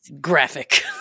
graphic